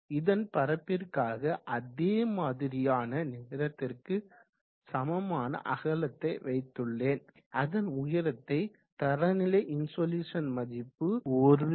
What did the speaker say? இதன் பரப்பிற்காக அதே மாதிரியான நேரத்திற்கு சமமாக அகலத்தை வைத்துள்ளேன் அதன் உயர்த்தை தரநிலை இன்சொலுசன் மதிப்பு 1kWm2 யை கொண்டுள்ளேன்